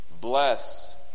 Bless